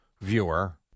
viewer